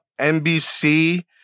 NBC